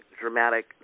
dramatic